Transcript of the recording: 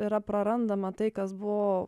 yra prarandama tai kas buvo